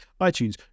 itunes